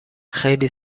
خیلی